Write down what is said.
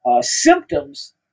symptoms